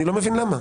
אני לא מבין למה.